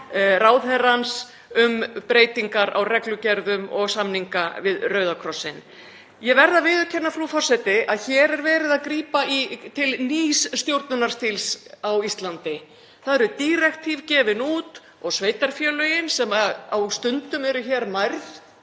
ráðherrans um breytingar á reglugerðum og samningum við Rauða krossinn. Ég verð að viðurkenna, frú forseti, að hér er verið að grípa til nýs stjórnunarstíls á Íslandi. Það eru „dírektíf“ gefin út og sveitarfélögum, sem á stundum eru mærð